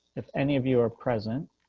if any of you are present.